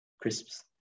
crisps